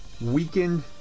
weakened